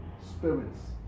spirits